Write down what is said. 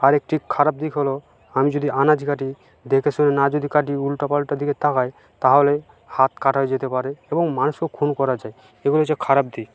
আরেকটি খারাপ দিক হলো আমি যদি আনাজ কাটি দেখেশুনে না যদি কাটি উল্টোপাল্টা দিকে তাকাই তাহলে হাত কাটা যেতে পারে এবং মানুষও খুন করা যায় এগুলি হচ্ছে খারাপ দিক